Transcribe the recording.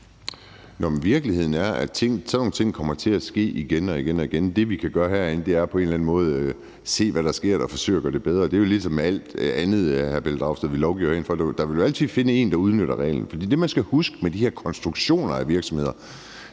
Virkeligheden er, at sådan nogle ting kommer til at ske igen og igen. Det, vi kan gøre herinde, er på en eller anden måde at se, hvad der sker, eller forsøge at gøre det bedre. Det er jo ligesom med alt andet, hr. Pelle Dragsted, når vi lovgiver herindefra – der vil altid findes en, der udnytter reglen, for det, man skal huske med de her konstruktioner af virksomheder,